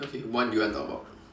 okay what do you want talk about